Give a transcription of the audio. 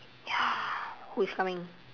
ya who is coming